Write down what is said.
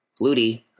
Flutie